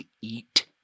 eat